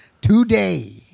today